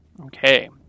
Okay